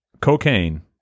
Cocaine